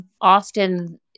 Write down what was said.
often